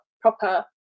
proper